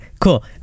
cool